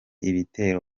ibitero